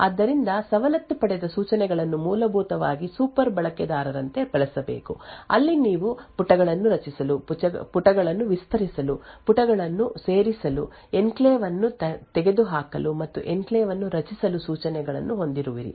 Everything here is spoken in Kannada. ಆದ್ದರಿಂದ ಸವಲತ್ತು ಪಡೆದ ಸೂಚನೆಗಳನ್ನು ಮೂಲಭೂತವಾಗಿ ಸೂಪರ್ ಬಳಕೆದಾರರಂತೆ ಬಳಸಬೇಕು ಅಲ್ಲಿ ನೀವು ಪುಟಗಳನ್ನು ರಚಿಸಲು ಪುಟಗಳನ್ನು ವಿಸ್ತರಿಸಲು ಪುಟಗಳನ್ನು ಸೇರಿಸಲು ಎನ್ಕ್ಲೇವ್ ಅನ್ನು ತೆಗೆದುಹಾಕಲು ಮತ್ತು ಎನ್ಕ್ಲೇವ್ ಅನ್ನು ರಚಿಸಲು ಸೂಚನೆಗಳನ್ನು ಹೊಂದಿರುವಿರಿ